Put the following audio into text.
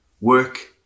work